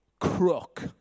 crook